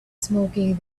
smoking